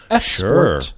Sure